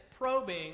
probing